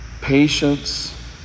patience